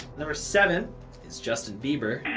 number seven is justin bieber.